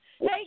Hey